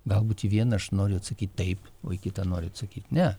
galbūt į vieną aš noriu atsakyt taip o į kitą noriu atsakyt ne